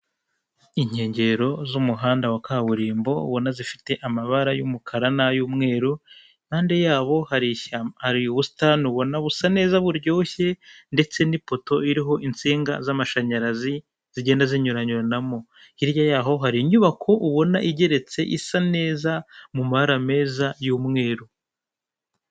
Inkengero z'umuhanda wa kaburimbo, ubona zifite amabara y'umukara nay'umweru, impande yaho hari ubusitani ubona busa neza buryoshye ndetse n'ipoto iriho insinga z'amashanyarazi zigenda zinyuranyuranamo. Hirya yaho hari inyubako ubona igeretse, isa neza, mu mabara meza y'umweru.